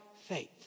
faith